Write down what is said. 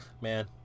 man